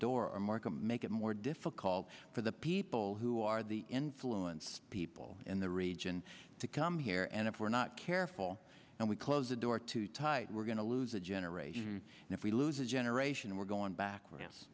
door make it more difficult for the people who are the influence people in the region to come here and if we're not careful and we close the door too tight we're going to lose a generation and if we lose a generation we're going back